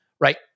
right